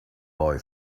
boy